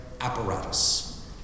apparatus